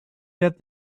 that